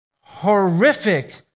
horrific